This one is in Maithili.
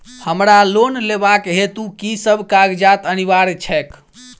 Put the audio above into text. हमरा लोन लेबाक हेतु की सब कागजात अनिवार्य छैक?